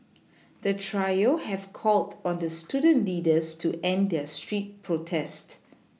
the trio have called on the student leaders to end their street protest